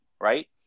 right